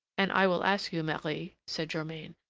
and i will ask you, marie, said germain,